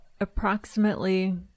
approximately